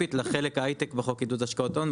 ספציפית לחלק של ההייטק בחוק עידוד השקעות הון,